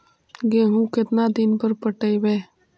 गेहूं केतना दिन पर पटइबै?